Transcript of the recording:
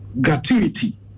gratuity